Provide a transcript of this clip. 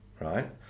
right